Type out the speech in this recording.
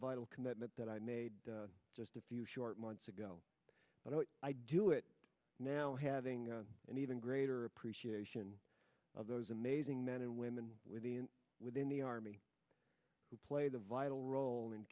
vital commitment that i made just a few short months ago but i do it now having an even greater appreciation of those amazing men and women within within the army who played a vital role